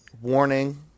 warning